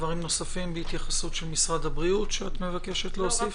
דברים נוספים בהתייחסות של משרד הבריאות שאת מבקשת להוסיף?